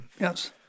Yes